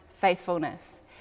faithfulness